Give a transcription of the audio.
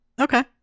Okay